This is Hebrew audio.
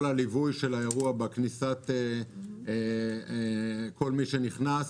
כל הליווי של האירוע של כל מי שנכנס,